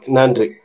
Nandri